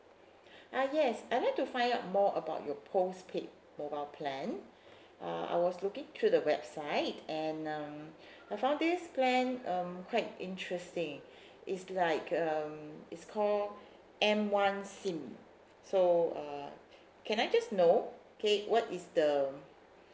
ah yes I'd like to find out more about your postpaid mobile plan uh I was looking through the website and uh I found this plan um quite interesting it's like um it's call M one SIM so uh can I just know K what is the